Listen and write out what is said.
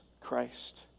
Christ